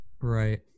Right